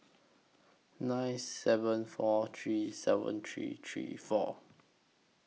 nine seven four three seven three three four